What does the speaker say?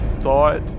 thought